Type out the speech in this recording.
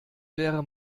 wäre